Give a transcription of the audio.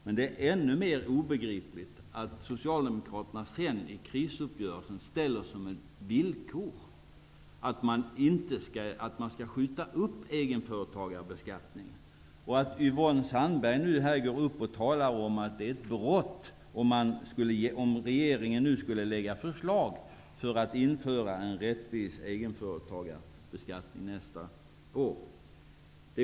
Men det är ännu obegripligare att Socialdemokraterna senare i krisuppgörelsen satte upp villkoret att egenföretagarbeskattningen skulle skjutas upp. Yvonne Sandberg-Fries går ändå upp i debatten och säger att det skulle vara ett brott om regeringen lade fram förslag om ett införande av en rättvis egenföretagarbeskattning nästa år.